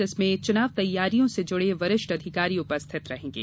जिसमें चुनाव तैयारियों से जुड़े वरिष्ठ अधिकारी उपस्थित रहेंगे